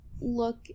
look